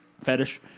fetish